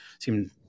seem